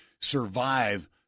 survive